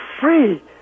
free